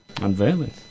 Unveiling